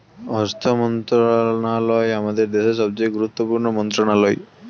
অর্থ মন্ত্রণালয় আমাদের দেশের সবচেয়ে গুরুত্বপূর্ণ মন্ত্রণালয়